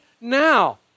now